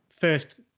first